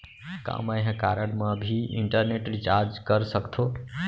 का मैं ह कारड मा भी इंटरनेट रिचार्ज कर सकथो